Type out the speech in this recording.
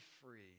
free